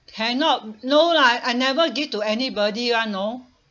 cannot no lah I never give to anybody [one] know